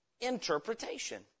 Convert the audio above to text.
interpretation